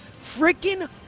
freaking